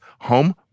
home